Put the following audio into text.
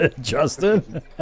Justin